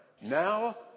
now